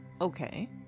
Okay